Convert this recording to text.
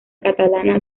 catalana